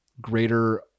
greater